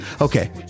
Okay